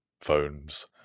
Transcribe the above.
phones